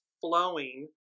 flowing